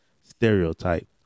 stereotype